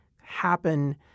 happen